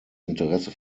interesse